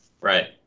Right